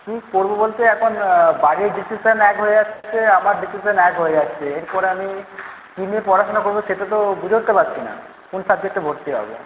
কি পড়বো বলতে এখন বাড়ির ডিসিশান এক হয়ে যাচ্ছে আমার ডিসিশান এক হয়ে যাচ্ছে এরপরে আমি কি নিয়ে পড়াশুনা করবো সেটা তো বুঝে উঠতে পারছি না কোন সাবজেক্টে ভর্তি হব